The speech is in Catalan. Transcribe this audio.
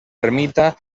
ermita